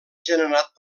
generat